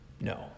No